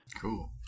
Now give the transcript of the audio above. Cool